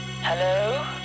Hello